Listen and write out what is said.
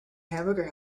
hamburger